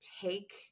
take